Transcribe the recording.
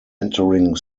entering